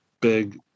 big